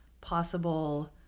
possible